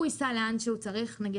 הוא ייסע לאן שהוא צריך ואז המונית